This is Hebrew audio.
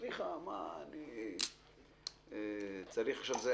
סליחה, למה אני צריך עכשיו ביטוח?